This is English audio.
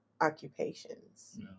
occupations